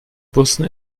bussen